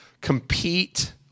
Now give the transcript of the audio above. compete